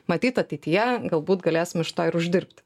matyt ateityje galbūt galėsim iš to ir uždirbt